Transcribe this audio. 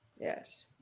Yes